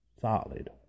solid